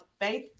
Faith